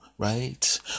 Right